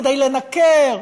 כדי לנקר,